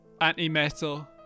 Anti-metal